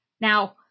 Now